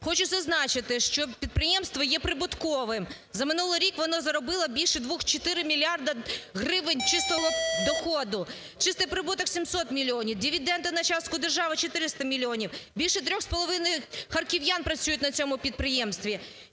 Хочу зазначити, що підприємство є прибутковим. За минулий рік воно заробило більше двох, 4 мільярди гривень чистого доходу. Чистий прибуток – 700 мільйонів, дивіденди на частку держави – 400 мільйонів. Більше трьох з половиною харків'ян працюють на цьому підприємстві.